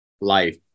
life